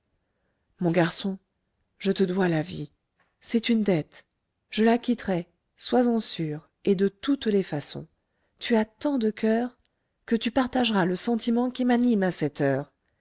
mon garçon je te dois la vie c'est une dette je l'acquitterai sois-en sûr et de toutes les façons tu as tant de coeur que tu partageras le sentiment qui m'anime à cette heure